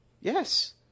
Yes